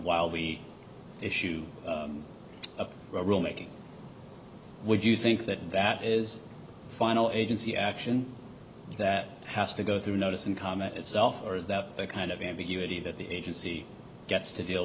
we issue a rule making would you think that that is final agency action that has to go through notice and comment itself or is that the kind of ambiguity that the agency gets to deal